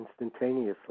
instantaneously